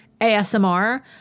ASMR